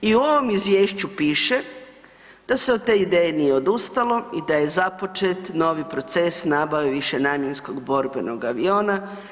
I u ovom Izvješću piše da se od te ideje nije odustalo i da je započet novi proces nabave višenamjenskog borbenog aviona.